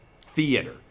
theater